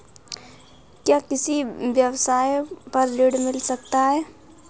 क्या किसी व्यवसाय पर ऋण मिल सकता है?